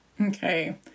Okay